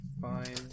Fine